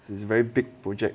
it's very big project